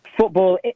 Football